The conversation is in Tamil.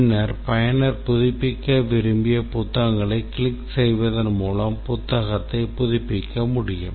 பின்னர் பயனர் புதுப்பிக்க விரும்பிய புத்தகங்களைக் கிளிக் செய்வதன் மூலம் புத்தகத்தை புதுப்பிக்க முடியும்